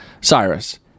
Cyrus